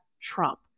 Trump